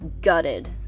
gutted